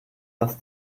das